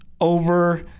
over